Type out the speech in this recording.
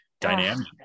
dynamic